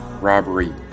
robbery